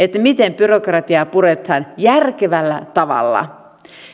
miten byrokratiaa puretaan järkevällä tavalla